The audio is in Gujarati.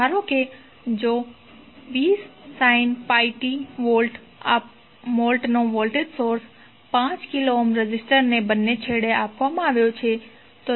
ધારો કે જો 20 sin πt V નો વોલ્ટેજ સોર્સ 5 k રેઝિસ્ટર ને બંને છેડે આપવામાં આવ્યો છે